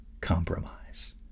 compromise